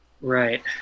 right